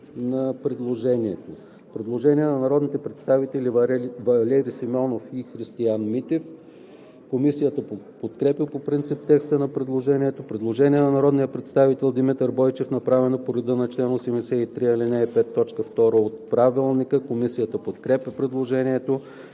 предложението. Предложение на народните представители Валери Симеонов и Христиан Митев. Комисията подкрепя по принцип предложението. Предложение на народния представител Димитър Бойчев, направено по реда на чл. 83, ал. 5, т. 2 от Правилника за организацията